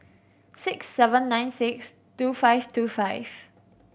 six seven nine six two five two five